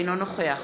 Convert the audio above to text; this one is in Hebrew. אינו נוכח